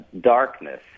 darkness